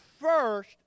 first